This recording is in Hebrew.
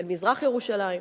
אל מזרח-ירושלים.